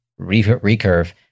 Recurve